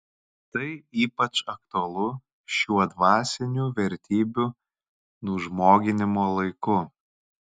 tai ypač aktualu šiuo dvasinių vertybių nužmoginimo laiku